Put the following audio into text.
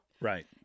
Right